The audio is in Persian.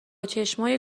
چشمای